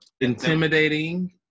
intimidating